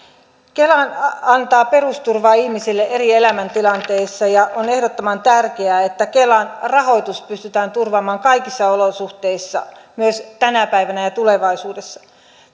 kela antaa perusturvaa ihmisille eri elämäntilanteissa ja on ehdottoman tärkeää että kelan rahoitus pystytään turvaamaan kaikissa olosuhteissa myös tänä päivänä ja tulevaisuudessa